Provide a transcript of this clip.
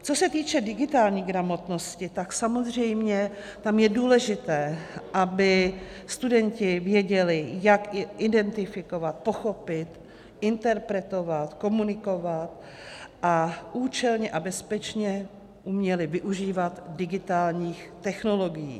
Co se týče digitální gramotnosti, tak samozřejmě tam je důležité, aby studenti věděli, jak je identifikovat, pochopit, interpretovat, komunikovat a účelně a bezpečně uměli využívat digitálních technologií.